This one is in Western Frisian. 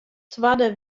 twadde